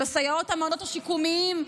בסייעות המעונות השיקומיים,